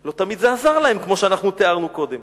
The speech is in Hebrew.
לא תמיד זה עזר להם, כמו שאנחנו תיארנו קודם.